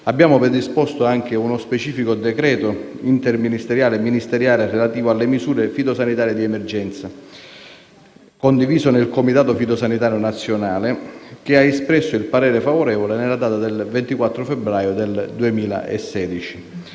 altresì predisposto uno specifico decreto ministeriale relativo alle misure fitosanitarie di emergenza, condiviso nel comitato fitosanitario nazionale che ha espresso il parere favorevole nella seduta del 24 febbraio 2016.